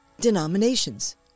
denominations